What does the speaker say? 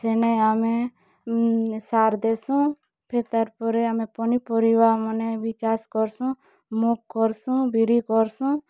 ସେନେ ଆମେ ସାର୍ ଦେସୁଁ ଫେର୍ ତା'ର୍ପରେ ଆମେ ପନିପରିବା ମାନେ ବି ଚାଷ୍ କର୍ସୁଁ ମୁଗ୍ କର୍ସୁଁ ବିରି କର୍ସୁଁ